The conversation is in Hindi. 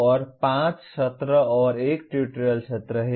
और 5 सत्र और 1 ट्यूटोरियल सत्र हैं